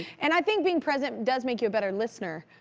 and i think being present does make you a better listener.